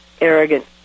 arrogant